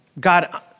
God